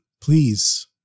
please